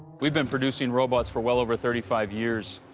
we've been producing robots for well over thirty five years.